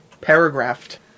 Paragraphed